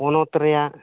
ᱯᱚᱱᱚᱛ ᱨᱮᱭᱟᱜ